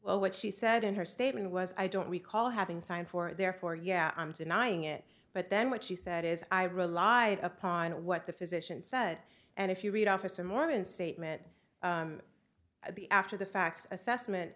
well what she said in her statement was i don't recall having signed for therefore yeah i'm denying it but then what she said is i rely upon what the physician said and if you read officer morgan statement the after the facts assessment